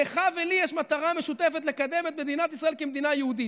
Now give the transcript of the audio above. לך ולי יש מטרה משותפת: לקדם את מדינת ישראל כמדינה יהודית.